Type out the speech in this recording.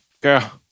Girl